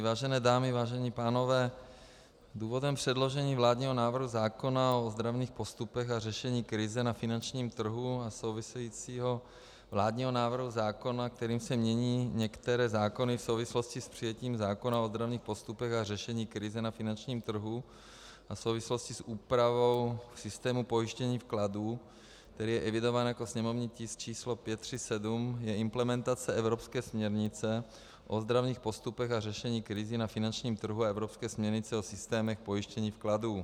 Vážené dámy, vážení pánové, důvodem předložení vládního návrhu zákona o ozdravných postupech a řešení krize na finančním trhu a souvisejícího vládního návrhu zákona, kterým se mění některé zákony v souvislosti s přijetím zákona o ozdravných postupech a řešení krize na finančním trhu a v souvislosti s úpravou systému pojištění vkladů, který je evidován jako sněmovní tisk číslo 537, je implementace evropské směrnice o ozdravných postupech a řešení krizí na finančním trhu a evropské směrnice o systémech pojištění vkladů.